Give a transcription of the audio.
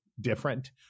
different